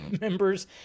members